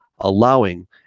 allowing